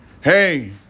hey